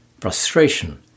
Frustration